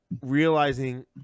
realizing